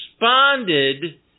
responded